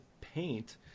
paint